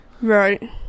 Right